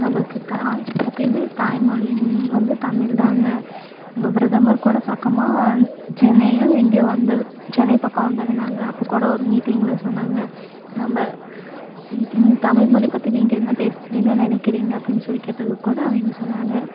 நமக்கு தாய் எப்போமே தாய்மொழி வந்து தமிழ்தாங்க நம்ம பிரதமர்கூட பக்கமாக சென்னையோ எங்கேயோ வந்துரு சென்னை பக்கம் வந்துருந்தாங்க அப்போக்கூட ஒரு மீட்டிங்கில் சொன்னாங்க நம்ம தமிழ்மொழி பற்றி நீங்கள் என்ன பேஸ் என்ன நினைக்கிறீங்க அப்படின்னு சொல்லி கேட்டதுக்கூட அவங்க சொன்னாங்க